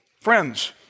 friends